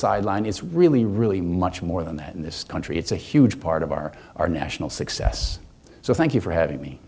sideline is really really much more than that in this country it's a huge part of our our national success so thank you for having me